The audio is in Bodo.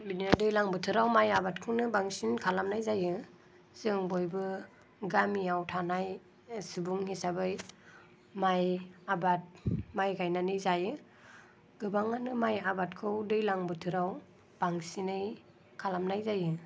बिदिनो दैलां बोथोराव माइ आबादखौनो बांसिन खालामनाय जायो जों बयबो गामियाव थानाय सुबुं हिसाबै माइ आबाद माइ गायनानै जायो गोबाङानो माइ आबादखौ दैज्लां बोथोराव बांसिनै खालामनाय जायो